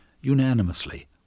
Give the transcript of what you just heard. unanimously